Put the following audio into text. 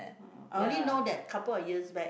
uh I only know that couple of years back